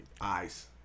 eyes